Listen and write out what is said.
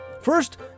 First